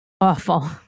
awful